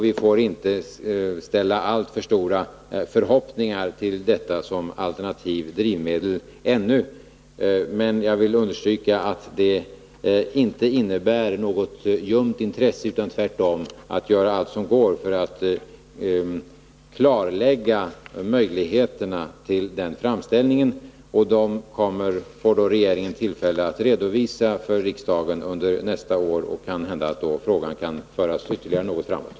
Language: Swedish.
Vi får inte ha alltför stora förhoppningar till metanolen som alternativt drivmedel ännu. Men jag vill understryka att det inte innebär att intresset är ljumt. Tvärtom görs allt som går att göras för att klarl j jligheterna beträffande den framställningen, och dem får regeringen tillfälle att redovisa för riksdagen under nästa år. Och det kan hända att frågan då kan föras ytterligare något framåt.